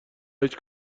هیچ